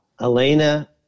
Elena